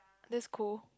that's cool